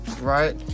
Right